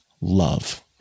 love